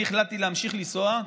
אני החלטתי להמשיך לנסוע,